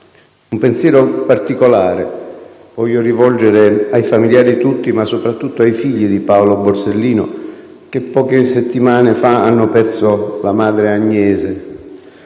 Un pensiero particolare voglio rivolgere ai familiari tutti, ma soprattutto ai figli di Paolo Borsellino, che poche settimane fa hanno perso la madre, Agnese,